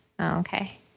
Okay